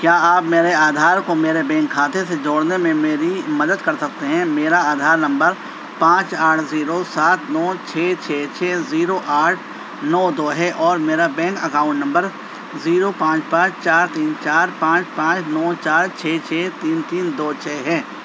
کیا آپ میرے آدھار کو میرے بینک کھاتے سے جوڑنے میں میری مدد کر سکتے ہیں میرا آدھار نمبر پانچ آٹھ زیرو سات نو چھ چھ چھ زیرو آٹھ نو دو ہے اور میرا بینک اکاؤنٹ نمبر زیرو پانچ پانچ چار تین چار پانچ پانچ نو چار چھ چھ تین تین دو چھ ہے